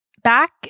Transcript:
Back